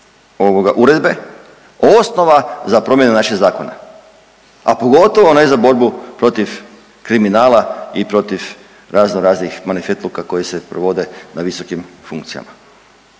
uredbe osnova za promjenu našeg zakona, a pogotovo ne za borbu protiv kriminala i protiv razno raznih marifetluka koji se provode na visokim funkcijama.